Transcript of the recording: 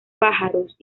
pájaros